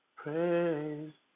praise